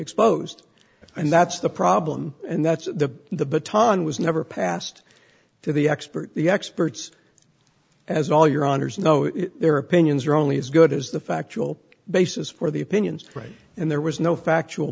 exposed and that's the problem and that's the the baton was never passed to the expert the experts as all your honour's know it their opinions are only as good as the factual basis for the opinions right and there was no factual